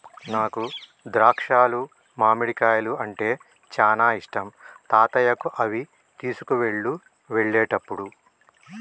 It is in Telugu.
నాకు ద్రాక్షాలు మామిడికాయలు అంటే చానా ఇష్టం తాతయ్యకు అవి తీసుకువెళ్ళు వెళ్ళేటప్పుడు